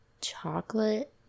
chocolate